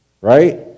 right